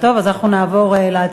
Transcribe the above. טוב, אז אנחנו נעבור להצבעה.